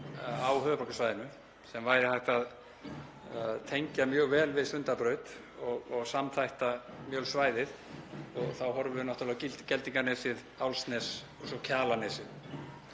á höfuðborgarsvæðinu sem væri hægt að tengja mjög vel við Sundabraut og samþætta svæðið. Þá horfum við náttúrlega á Geldinganesið, Álfsnes og svo Kjalarnesið.